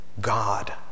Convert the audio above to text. God